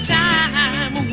time